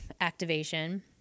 activation